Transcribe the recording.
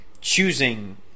choosing